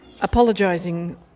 Apologising